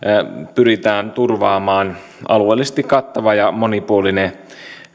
pyritään turvaamaan alueellisesti kattava ja monipuolinen